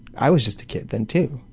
i was just a kid then, too.